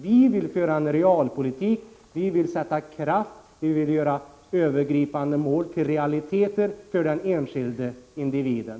Vi vill föra en realpolitik, vi vill sätta kraft bakom orden, vi vill göra övergripande mål till realiteter för den enskilde individen.